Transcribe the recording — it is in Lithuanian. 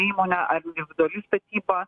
įmonė ar individuali statyba